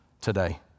today